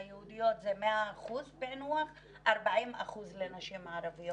בקרב היהודיות זה 100 אחוזים פענוח ו-40 אחוזים פענוח בקרב נשים ערביות.